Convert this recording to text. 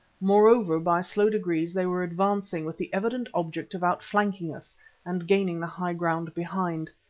moreover, by slow degrees they were advancing with the evident object of outflanking us and gaining the high ground behind.